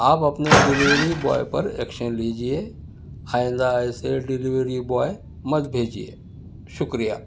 آپ اپنے delivery boy پر ایکشن لیجئے آئندہ ایسے ڈلیوری بوائے مت بھیجئے شکریہ